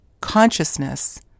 Consciousness